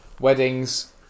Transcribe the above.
weddings